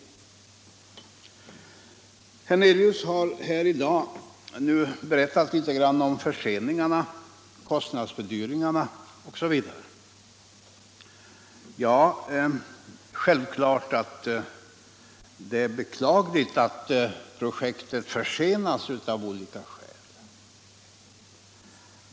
Herr Hernelius har i dag berättat litet om förseningarna, kostnadsfördyringarna osv. Ja, självklart är det beklagligt att projektet av olika skäl försenas.